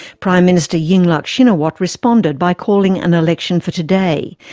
prime minister yingluck shinawatra responded by calling an election for today,